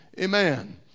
Amen